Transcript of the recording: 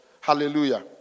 Hallelujah